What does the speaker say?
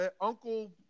Uncle